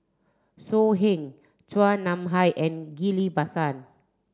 So Heng Chua Nam Hai and Ghillie Basan